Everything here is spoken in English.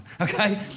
okay